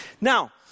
Now